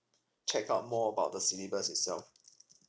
check out more about the syllabus itself